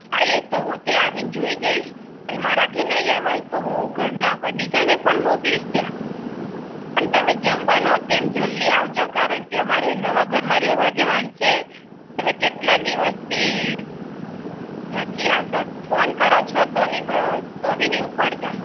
હા એ તો હું ત્યાં આવીને જોઈ જઈશ અને મારાથી નહીં અવાય તો હું ઘરના કોઈ બીજાને પણ મોકલીશ ત્યાં પણ તમે જેમ બનો તેમ જલ્દી આવજો કારણકે અમારે નવાં ઘરમાં રહેવા જવાનું છે તમે કેટલા દિવસથી નથી આવતા ફોન કરો છો તો ની ભ તો બી નથી ઉપાડતા